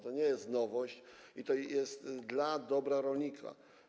To nie jest nowość i to jest dla dobra rolnika.